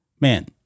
Man